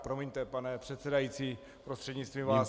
Promiňte, pane předsedající, prostřednictvím vás.